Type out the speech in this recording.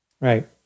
Right